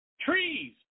trees